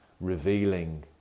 revealing